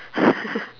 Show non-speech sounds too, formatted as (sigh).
(laughs)